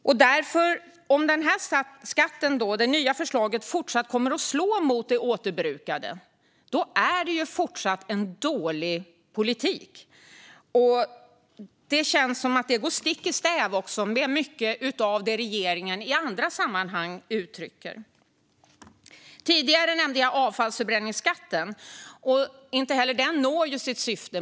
Om det nya förslaget innebär att skatten kommer att fortsätta att slå mot det återbrukade är det fortfarande fråga om en dålig politik. Det känns som att det går stick i stäv med mycket av det regeringen i andra sammanhang uttrycker. Tidigare nämnde jag avfallsförbränningsskatten. Inte heller den når sitt syfte.